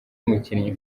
umukinnyi